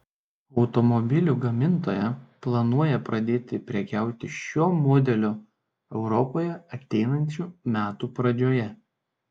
automobilių gamintoja planuoja pradėti prekiauti šiuo modeliu europoje ateinančių metų pradžioje